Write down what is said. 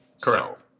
Correct